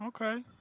Okay